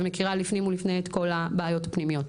ומכירה לפנים ולפני את כל הבעיות הפנימיות.